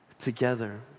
together